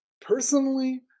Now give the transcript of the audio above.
Personally